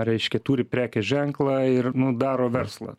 reiškia turi prekės ženklą ir nu daro verslą